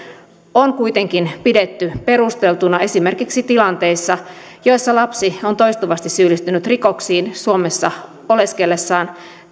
on kuitenkin pidetty perusteltuna esimerkiksi tilanteissa joissa lapsi on toistuvasti syyllistynyt rikoksiin suomessa oleskellessaan